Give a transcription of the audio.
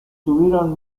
tuvieron